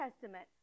Testament